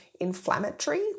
inflammatory